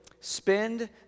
spend